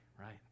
right